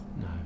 No